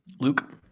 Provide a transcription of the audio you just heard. Luke